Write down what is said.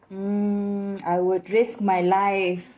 mm I would risk my life